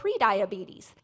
prediabetes